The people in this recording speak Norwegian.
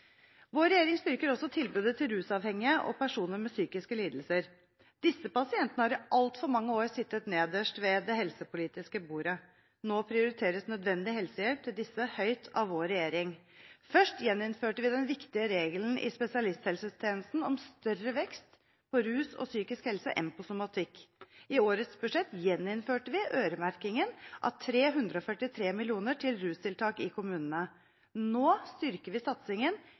Vår regjering styrker også tilbudet til rusavhengige og personer med psykiske lidelser. Disse pasientene har i altfor mange år sittet nederst ved det helsepolitiske bordet. Nå prioriteres nødvendig helsehjelp til disse høyt av vår regjering. Først gjeninnførte vi den viktige regelen i spesialisthelsetjenesten om større vekst innen rus og psykisk helse enn innen somatikk. I årets budsjett gjeninnførte vi øremerkingen av 343 mill. kr til rustiltak i kommunene. Nå styrker vi satsingen